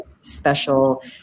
special